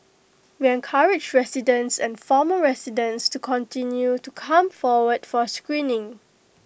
we encourage residents and former residents to continue to come forward for screening